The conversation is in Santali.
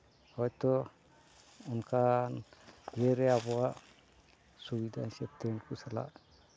ᱦᱳᱭ ᱛᱚ ᱚᱱᱠᱟᱱ ᱤᱭᱟᱹ ᱨᱮ ᱟᱵᱚᱣᱟᱜ ᱥᱩᱵᱤᱫᱷᱟ ᱦᱤᱥᱟᱹᱵ ᱛᱮ ᱩᱱᱠᱩ ᱥᱟᱞᱟᱜ